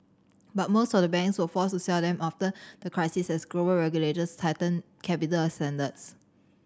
but most of the banks were forced to sell them after the crisis as global regulators tightened capital standards